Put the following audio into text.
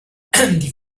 die